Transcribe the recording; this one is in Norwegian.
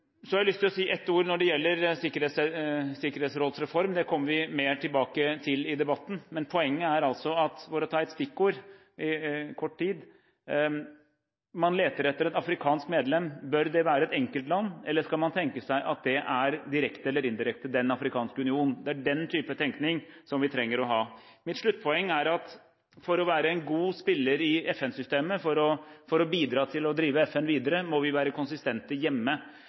Så har jeg lyst til å si et ord når det gjelder sikkerhetsrådsreform. Det kommer vi mer tilbake til i debatten, men poenget er altså, for å ta et stikkord: kort tid. Man leter etter et afrikansk medlem. Bør det være et enkeltland, eller skal man tenke seg at det er direkte eller indirekte Den afrikanske union. Det er den type tenkning vi trenger å ha. Mitt sluttpoeng er at for å være en god spiller i FN-systemet for å bidra til å drive FN videre, må vi være konsistente hjemme.